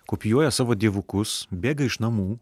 kopijuoja savo dievukus bėga iš namų